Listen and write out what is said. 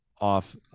off